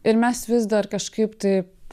ir mes vis dar kažkaip taip